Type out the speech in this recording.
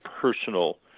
personal